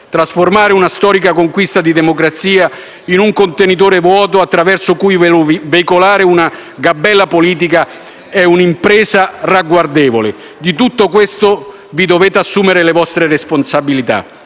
Trasformare una storica conquista di democrazia in un contenitore vuoto attraverso cui veicolare una nuova gabella politica è un'impresa ragguardevole. Di tutto questo vi dovete assumere le vostre responsabilità.